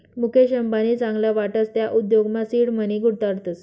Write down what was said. मुकेश अंबानी चांगला वाटस त्या उद्योगमा सीड मनी गुताडतस